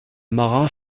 marin